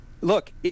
look